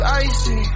icy